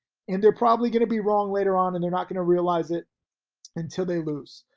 and they're probably gonna be wrong later on and they're not gonna realize it until they lose.